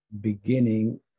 beginning